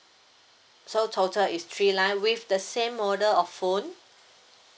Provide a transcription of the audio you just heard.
so total is three line with the same model of phone